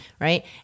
Right